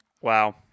Wow